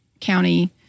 County